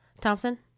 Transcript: Thompson